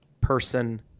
person